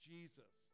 Jesus